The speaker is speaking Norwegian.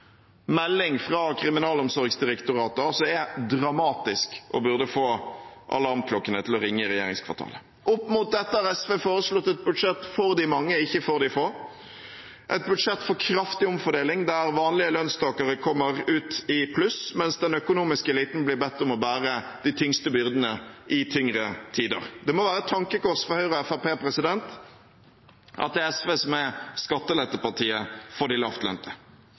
melding fra Kriminalomsorgsdirektoratet er dramatisk og burde få alarmklokkene til å ringe i regjeringskvartalet. Opp mot dette har SV foreslått et budsjett for de mange og ikke for de få, et budsjett for kraftig omfordeling, der vanlige lønnstakere kommer ut i pluss, mens den økonomiske eliten blir bedt om å bære de tyngste byrdene i tyngre tider. Det må være et tankekors for Høyre og Fremskrittspartiet at det er SV som er skattelettepartiet for de lavtlønte.